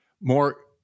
more